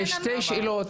בסדר, אין --- שתי שאלות.